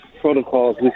protocols